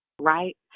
right